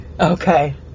Okay